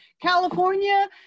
California